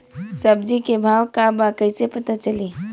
सब्जी के भाव का बा कैसे पता चली?